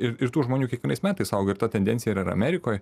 ir ir tų žmonių kiekvienais metais auga ir ta tendencija yra ir amerikoj